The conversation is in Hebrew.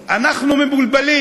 יעלה חבר הכנסת דב